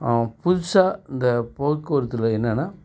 புதுசாக இந்த போக்குவரத்தில் என்னென்னா